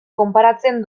konparatzen